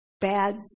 bad